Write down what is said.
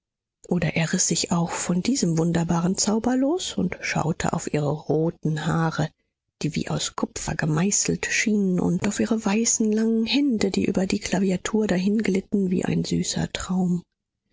oder er riß sich auch von diesem wunderbaren zauber los und schaute auf ihre roten haare die wie aus kupfer gemeißelt schienen und auf ihre weißen langen hände die über die klaviatur dahinglitten wie ein süßer traum